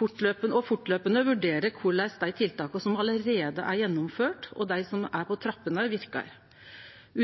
og næringsliv og fortløpande vurderer korleis dei tiltaka som allereie er gjennomførte, og dei som er på trappene, verkar.